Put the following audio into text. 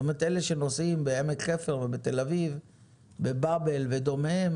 אלה שנוסעים בעמק חפר ובתל-אביב ב"באבל" ודומיהם